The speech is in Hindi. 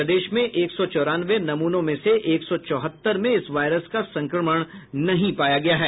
प्रदेश में एक सौ चौरानवे नमूनों में से एक सौ चौहत्तर में इस वायरस का संक्रमण नहीं पाया गया है